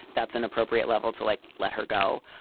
that's an appropriate level to like, let her go.